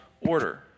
order